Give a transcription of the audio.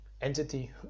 entity